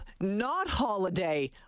not-holiday